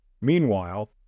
Meanwhile